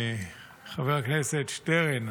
חבר הכנסת שטרן,